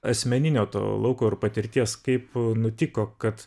asmeninio to lauko ir patirties kaip nutiko kad